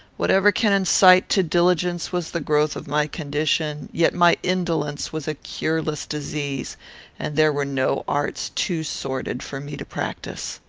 whatever can incite to diligence was the growth of my condition yet my indolence was a cureless disease and there were no arts too sordid for me to practise.